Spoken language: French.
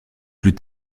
plus